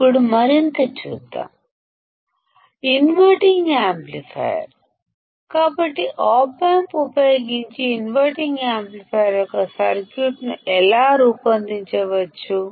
ఇప్పుడు ఆపైన చూద్దాం ఇన్వర్టింగ్ యాంప్లిఫైయర్ కాబట్టిఆప్ ఆంప్ ని వినియోగించి ఇన్వర్టింగ్ యాంప్లిఫైయర్ యొక్క సర్క్యూట్ను మనం ఎలా రూపొందించవచ్చు